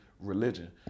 religion